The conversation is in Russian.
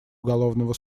уголовного